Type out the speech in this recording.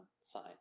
sign